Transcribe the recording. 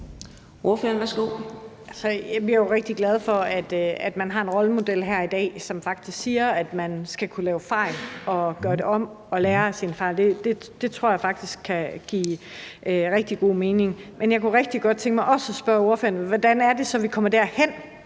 Jeg er jo rigtig glad for, at man har en rollemodel her i dag, som faktisk siger, at man skal kunne lave fejl og gøre det om og lære af sine fejl. Det tror jeg faktisk kan give rigtig god mening. Men jeg kunne rigtig godt tænke mig også at spørge ordføreren om, hvordan det så er, vi kommer derhen,